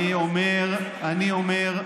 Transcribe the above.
אם אתה יכול להסביר, אני אומר: